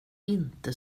inte